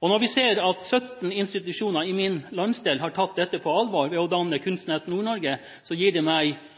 Og når vi ser at 17 institusjoner i min landsdel har tatt dette på alvor ved å danne KunstNett Nord-Norge, så gir det meg